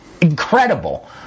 incredible